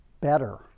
better